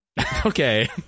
Okay